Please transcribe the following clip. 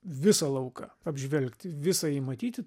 visą lauką apžvelgti visą jį matyti